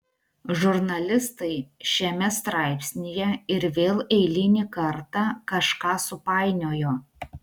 žurnalistai šiame straipsnyje ir vėl eilinį kartą kažką supainiojo